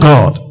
God